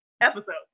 episode